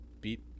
beat